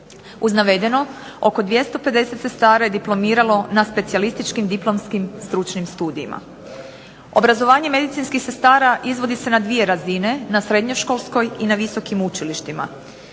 Uz navedeno, oko 250 sestara je diplomiralo na specijalističkim diplomskim stručnim studijima. Obrazovanje medicinskih sestara izvodi se na dvije razine, na srednjoškolskoj i na visokim učilištima.